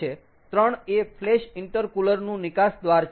3 એ flash intercooler નું નિકાસ દ્વાર છે